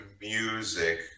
music